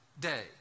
Day